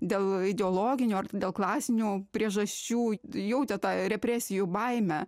dėl ideologinių ar ten dėl klasinių priežasčių jautė tą represijų baimę